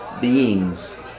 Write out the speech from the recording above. beings